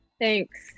thanks